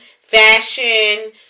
fashion